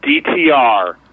DTR